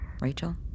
Rachel